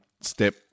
step